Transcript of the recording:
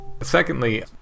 Secondly